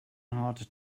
hard